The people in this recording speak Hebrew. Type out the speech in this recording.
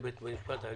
שופטים